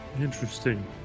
Interesting